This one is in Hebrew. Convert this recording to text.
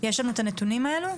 יש לנו את הנתונים האלו?